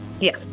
Yes